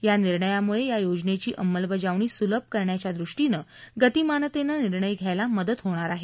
या निर्णयामुळे या योजनेची अंमलबजावणी सुलभ करण्याच्या दृष्टीनं गतिमानतेनं निर्णय घ्यायला मदत होणार आहे